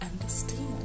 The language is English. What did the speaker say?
understand